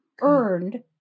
earned